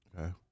Okay